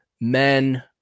men